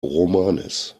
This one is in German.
romanes